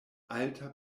alta